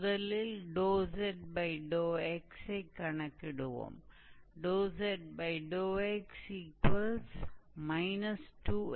முதலில் zx கணக்கிடுவோம்